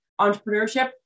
Entrepreneurship